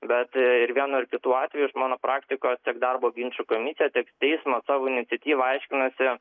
bet ir vienu ar kitu atveju iš mano praktikos tiek darbo ginčų komisija tiek teismas savo iniciatyva aiškinosi